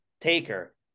Taker